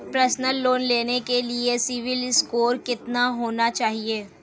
Personal loan लेने के लिए सिबिल स्कोर कितना होना चाहिए?